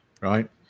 right